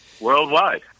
Worldwide